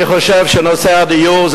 אני חושב שנושא הדיור,